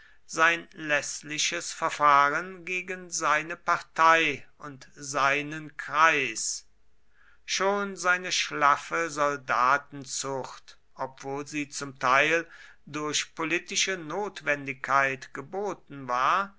sein läßliches verfahren gegen seine partei und seinen kreis schon seine schlaffe soldatenzucht obwohl sie zum teil durch politische notwendigkeit geboten war